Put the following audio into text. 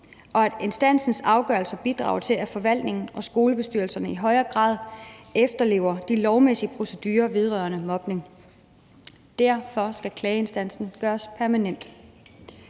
mod Mobnings afgørelser bidrager til, at forvaltningen og skolebestyrelserne i højere grad efterlever de lovmæssige procedurer vedrørende mobning. Derfor skal Klageinstansen mod Mobning gøres permanent.